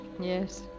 Yes